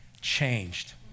changed